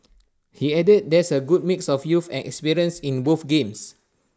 he added there is A good mix of youth and experience in both games